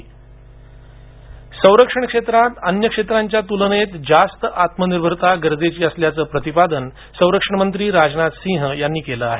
राजनाथ सिंग संरक्षण क्षेत्रात अन्य क्षेत्रांच्या तुलनेत जास्त आत्मनिर्भरता गरजेची असल्याचं प्रतिपादन संरक्षण मंत्री राजनाथ सिंग यांनी केलं आहे